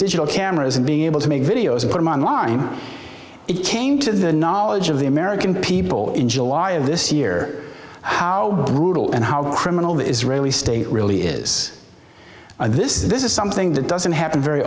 digital cameras and being able to make videos put them on line it came to the knowledge of the american people in july of this year how brutal and how criminal the israeli state really is or this is this is something that doesn't happen very